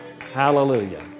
Hallelujah